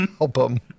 album